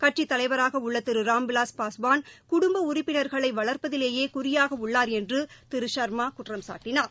கட்சித் தலைவராக உள்ள திரு ராம்விலாஸ் பாஸ்வான் குடும்ப உறுப்பினர்களை வளர்ப்பதிலேயே குறியாக உள்ளார் என்று திரு சர்மா குற்றம்சாட்டினார்